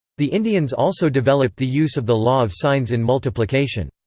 the indians also developed the use of the law of signs in multiplication.